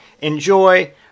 enjoy